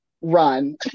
run